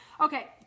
okay